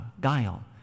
guile